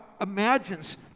imagines